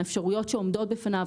האפשרויות שעומדות בפניו,